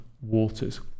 waters